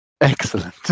Excellent